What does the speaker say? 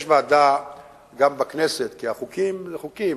יש ועדה בכנסת, כי חוקים זה חוקים.